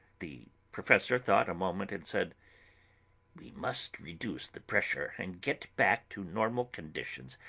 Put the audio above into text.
the professor thought a moment and said we must reduce the pressure and get back to normal conditions,